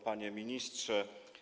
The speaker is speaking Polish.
Panie Ministrze!